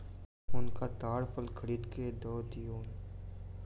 हुनका ताड़ फल खरीद के दअ दियौन